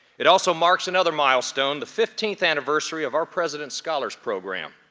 it also marks another milestone, the fifteenth anniversary of our president's scholars program.